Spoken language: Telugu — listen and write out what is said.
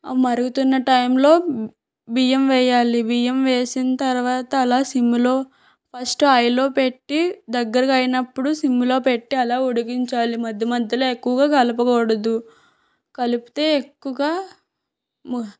అవి మరుగుతున్న టైంలో బియ్యం వేయాలి బియ్యం వేసిన తరువాత అలా సిమ్ములో ఫస్ట్ హైలో పెట్టి దగ్గరగా అయినప్పుడు సిమ్లో పెట్టి అలా ఉడికించాలి మధ్య మధ్యలో ఎక్కువగా కలపకూడదు కలిపితే ఎక్కువగా ము